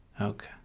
Okay